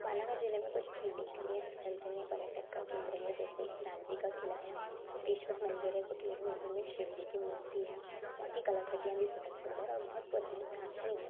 बालाघाट ज़िले में कुछ उल्लेखनीय स्थलचिन्ह पर्यटक का केंद्र हैं जैसे लांजी का किला है कोटेश्वर मंदिर है कोटेश्वर मंदिर में शिवजी की मूर्ति है वहाँ की कलाकृतियाँ भी बहुत सुंदर और बहुत पुरानी प्राचीन हैं